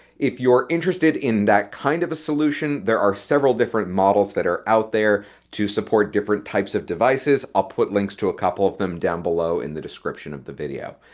if you're interested in that kind of a solution there are several different models that are out there to support different types of devices. i'll put links to a couple of them down below in the description of the video.